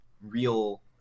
real